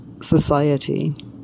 society